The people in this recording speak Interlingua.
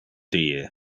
die